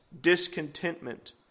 discontentment